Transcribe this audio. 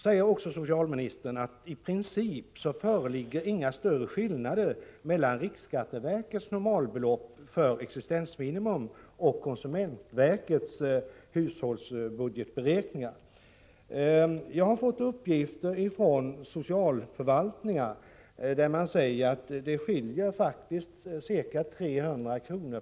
Socialministern säger vidare i svaret: ”I princip föreligger inga större skillnader mellan riksskatteverkets normalbelopp för existensminimum och konsumentverkets hushållsbudgetberäkningar.” Jag har fått uppgifter från socialförvaltningar om att det faktiskt skiljer ca 300 kr.